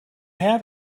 have